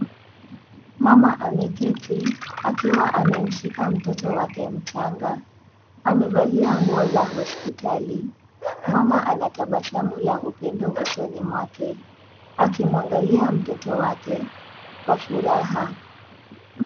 Mama ameketi akiwa amemshika mtoto wake mchanga. Amevalia nguo za hospitali. Mama anatabasamu la upendo usoni mwake akimwangalia mtoto wake kwa furaha.